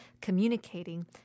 communicating